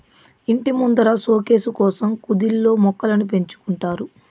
ఇంటి ముందర సోకేసు కోసం కుదిల్లో మొక్కలను పెంచుకుంటారు